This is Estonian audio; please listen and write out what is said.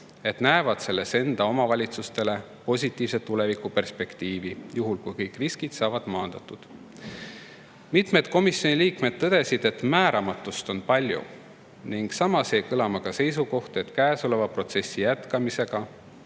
et näevad selles enda omavalitsusele positiivset tulevikuperspektiivi juhul, kui kõik riskid saavad maandatud. Mitmed komisjoni liikmed tõdesid, et määramatust on palju. Samas jäi kõlama seisukoht, et käesoleva protsessi jätkamisel